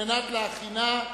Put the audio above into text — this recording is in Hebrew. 39 בעד, כנגד 25 בעוד אחד נמנע.